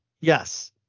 Yes